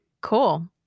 Cool